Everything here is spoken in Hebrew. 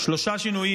שלושה שינויים,